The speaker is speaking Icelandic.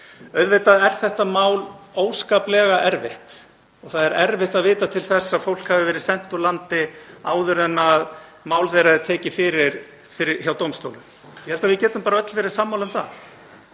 Auðvitað er þetta mál óskaplega erfitt og það er erfitt að vita til þess að fólk hafi verið sent úr landi áður en mál þess var tekið fyrir hjá dómstólum. Ég held að við getum öll verið sammála um það.